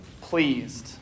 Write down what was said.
pleased